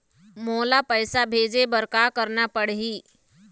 मोला पैसा भेजे बर का करना पड़ही?